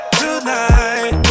tonight